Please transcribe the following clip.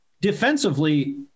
defensively